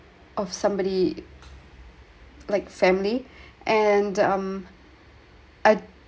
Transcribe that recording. of somebody like family and um I